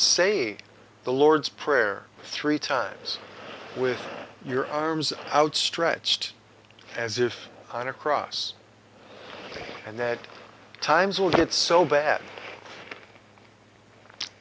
say the lord's prayer three times with your arms outstretched as if on a cross and that times will get so bad